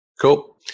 Cool